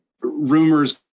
rumors